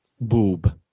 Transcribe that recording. boob